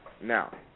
Now